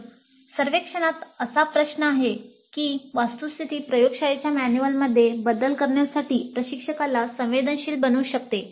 तर सर्वेक्षणात असा प्रश्न आहे ही वस्तुस्थिती प्रयोगशाळेच्या मॅन्युअलमध्ये बदल करण्यासाठी प्रशिक्षकाला संवेदनशील बनवू शकते